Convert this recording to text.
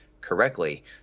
correctly